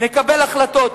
נקבל החלטות,